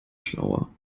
schlauer